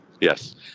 yes